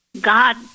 God